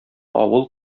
авыл